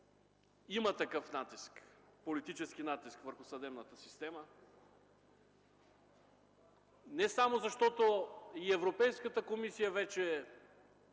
има такъв натиск, политически натиск върху съдебната система, не само защото и Европейската комисия вече